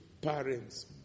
parents